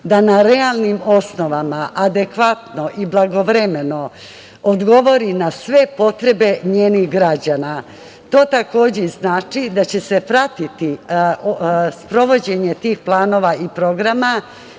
da na realnim osnovama adekvatno i blagovremeno odgovori na sve potrebe njenih građana. To, takođe znači da će se pratiti sprovođenje tih planova i programa